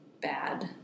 bad